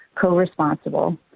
co-responsible